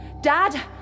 Dad